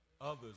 others